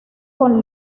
con